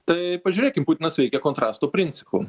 tai pažiūrėkim putinas veikia kontrasto principu